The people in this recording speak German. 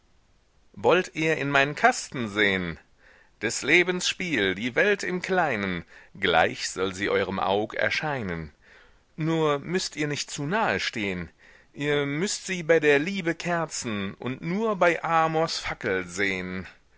wollt ihr in meinen kasten sehn des lebens spiel die welt im kleinen gleich soll sie eurem aug erscheinen nur müßt ihr nicht zu nahe stehn ihr müßt sie bei der liebe kerzen und nur bei amors fackel sehn